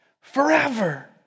forever